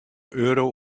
euro